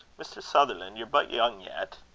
mr. sutherland, ye're but young yet.